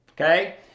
Okay